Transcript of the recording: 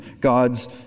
God's